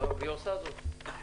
והיא עושה זאת,